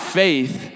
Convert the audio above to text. faith